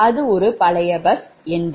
அது ஒரு பழைய பஸ் ஆகும்